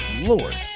Lord